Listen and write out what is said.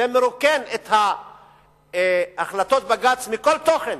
זה מרוקן את החלטות בג"ץ מכל תוכן,